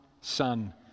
son